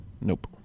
Nope